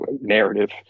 narrative